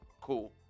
cool